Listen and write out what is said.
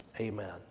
Amen